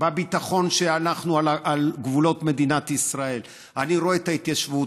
בביטחון שאנחנו על גבולות מדינת ישראל אני רואה את ההתיישבות,